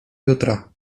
jutra